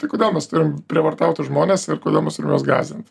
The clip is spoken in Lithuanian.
tai kodėl mes turim prievartauti žmones ir kodėl juos gąsdint